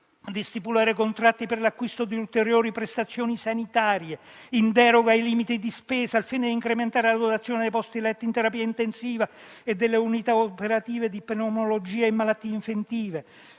di stipulare contratti per l'acquisto di ulteriori prestazioni sanitarie, in deroga ai limiti di spesa, al fine di incrementare la dotazione dei posti letto in terapia intensiva e delle unità operative di pneumologia e malattie infettive;